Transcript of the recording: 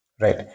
Right